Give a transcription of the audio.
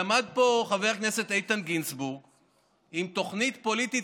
עמד פה חבר הכנסת איתן גינזבורג עם תוכנית פוליטית